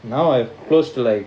now I've close to like